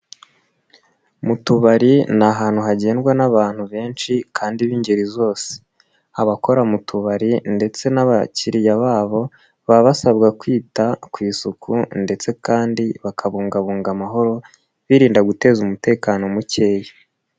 Mu tubari ni ahantu hagendwa n'abantu benshi kandi b'ingeri zose. Abakora mu tubari ndetse n'abakiriya babo, baba basabwa kwita ku isuku ndetse kandi bakabungabunga amahoro, birinda guteza umutekano mukeya.